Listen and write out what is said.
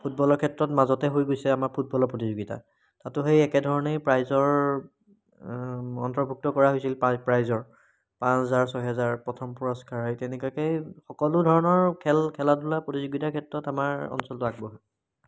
ফুটবলৰ ক্ষেত্ৰত মাজতে হৈ গৈছে আমাৰ ফুটবলৰ প্ৰতিযোগিতা তাতো সেই একেধৰণেই প্ৰাইজৰ অন্তৰ্ভুক্ত কৰা হৈছিল পা প্ৰাইজৰ পাঁচ হেজাৰ ছহেজাৰ প্ৰথম পুৰস্কাৰ সেই তেনেকুৱাকৈয়ে সকলো ধৰণৰ খেল খেলা ধূলাৰ প্ৰতিযোগিতাৰ ক্ষেত্ৰত আমাৰ অঞ্চলটো আগবঢ়া